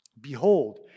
Behold